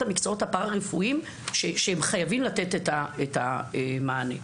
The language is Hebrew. המקצועות הפרא-רפואיים שחייבים לתת את המענה.